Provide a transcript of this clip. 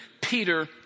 Peter